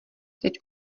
teď